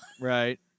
Right